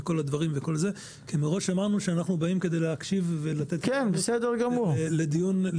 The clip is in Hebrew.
כי מראש אמרנו שאנחנו באים כדי להקשיב ולשמוע אתכם.